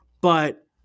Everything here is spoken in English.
but-